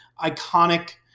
iconic